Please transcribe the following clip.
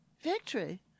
victory